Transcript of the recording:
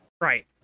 Right